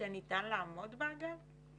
שניתן לעמוד בה, אגב?